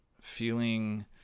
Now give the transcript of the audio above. feeling